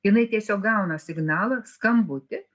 jinai tiesiog gauna signalą skambutį